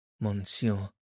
Monsieur